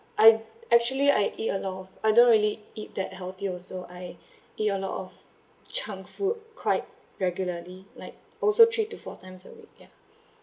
I actually I eat a lot of I don't really eat that healthy also I eat a lot of junk food quite regularly like also three to four times a week ya